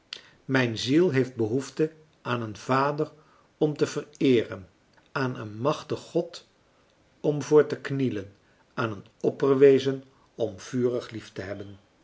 mijn ziel heeft behoefte aan een vader om te vereeren aan een machtig god om voor te knielen aan een opperwezen om vurig lieftehebben maar ik heb